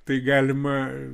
tai galima